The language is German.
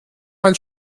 mein